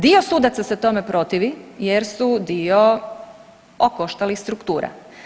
Dio sudaca se tome protivi, jer su dio okoštalih struktura.